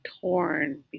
torn